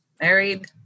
married